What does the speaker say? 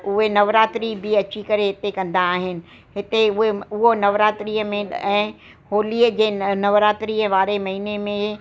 उहे नवरात्री बि अची करे हिते कंदा आहिन हिते उअ उहो नवरात्रीअ में ऐं होलीअ जे नवरात्रीअ वारे महीने में